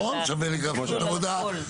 נכון, שווה לעשות עבודה על הכול.